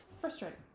Frustrating